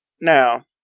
Now